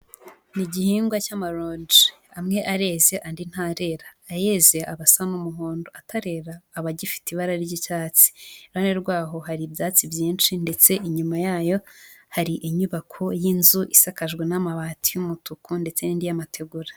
Ni igihingwa cy'amaronji, amwe areze andi ntarera, ayeze aba asa n'umuhondo, atarera aba agifite ibara ry'icyatsi, iruhande rwaho hari ibyatsi byinshi ndetse inyuma yayo hari inyubako y'inzu isakajwe n'amabati y'umutuku ndetse n'indi y'amategura.